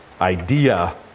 idea